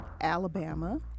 Alabama